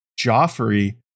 joffrey